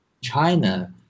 China